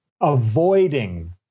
avoiding